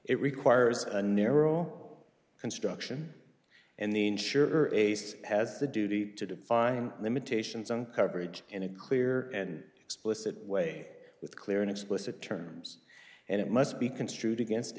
it requires a narrow construction and the insurer has the duty to define limitations on coverage in a clear and explicit way with clear and explicit terms and it must be construed against